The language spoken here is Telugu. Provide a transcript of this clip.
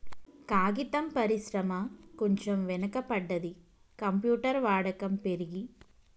కాగితం పరిశ్రమ కొంచెం వెనక పడ్డది, కంప్యూటర్ వాడకం పెరిగి